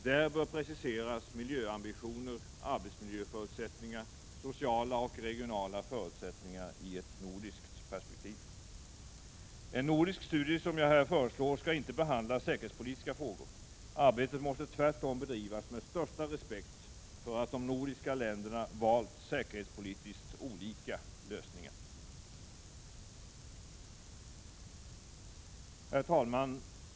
Där bör preciseras miljöambitioner, arbetsmiljöförutsättningar samt sociala och regionala förutsättningar i ett nordiskt perspektiv. En nordisk studie som jag här föreslår skall inte behandla säkerhetspolitiska frågor. Arbetet måste tvärtom bedrivas med största respekt för att de nordiska länderna valt säkerhetspolitiskt olika lösningar. Herr talman!